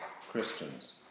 Christians